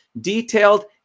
detailed